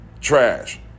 trash